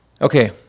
Okay